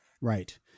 Right